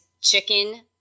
chicken